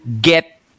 get